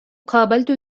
قابلت